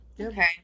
Okay